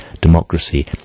democracy